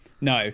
No